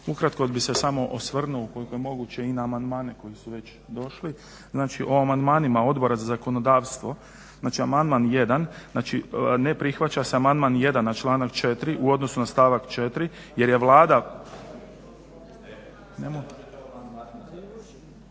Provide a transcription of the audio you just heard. Ukratko bi se samo osvrnu ukoliko je moguće i na amandmane koji su već došli. Znači o amandmanima Odbora za zakonodavstvo. Znači amandman 1., znači ne prihvaća se amandman 1. na članak 4. u odnosu na stavak 4. jer je Vlada. …/Upadica se ne